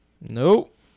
Nope